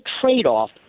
trade-off